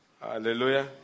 Hallelujah